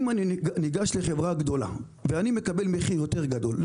אני ניגש לחברה גדולה ומקבל מחיר יותר גדול,